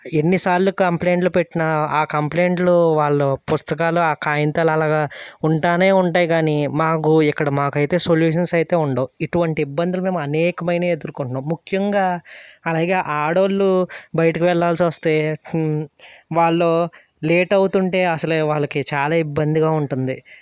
ఎన్నిసార్లు కంప్లెయింట్లు పెట్టినా ఆ కంప్లెయింట్లు వాళ్ళు పుస్తకాలు ఆ కాయితాలు అలాగా ఉంటానే ఉంటాయి కానీ మాకు ఇక్కడ మాకైతే సొల్యూషన్స్ అయితే ఉండవు ఇటువంటి ఇబ్బందులు మేము అనేకమైనవి ఎదుర్కొంటున్నాం ముఖ్యంగా అలాగే ఆడోళ్ళు బయటికి వెళ్లాల్సి వస్తే వాళ్ళు లేట్ అవుతుంటే అసలే వాళ్లకి చాలా ఇబ్బందిగా ఉంటుంది